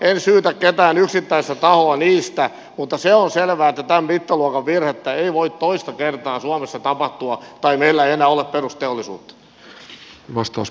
en syytä ketään yksittäistä tahoa niistä mutta se on selvää että tämän mittaluokan virhettä ei voi toista kertaa suomessa tapahtua tai meillä ei enää ole perusteollisuutta